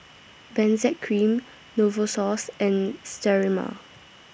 Benzac Cream Novosource and Sterimar